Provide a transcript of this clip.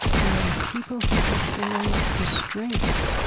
they are people who have found the strength